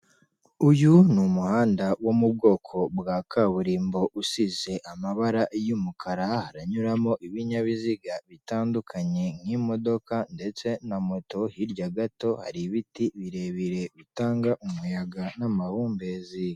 Uyu ni umuhanda wo mu bwoko bwa kaburimbo usize amabara y'umukara, hanyuramo ibinyabiziga bitandukanye nk'imodoka ndetse na moto. Hirya gato hari ibiti birebire bitanga umuyaga n'amabumbezi.